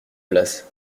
place